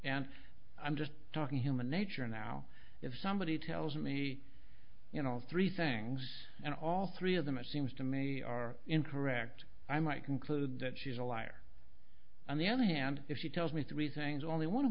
and i'm just talking human nature now if somebody tells me you know all three things and all three of them it seems to me are incorrect i might conclude that she's a liar on the other hand if she tells me three things only one